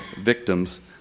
victims